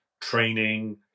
training